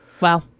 Wow